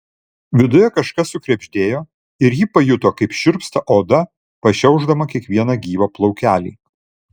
viduje kažkas sukrebždėjo ir ji pajuto kaip šiurpsta oda pašiaušdama kiekvieną gyvą plaukelį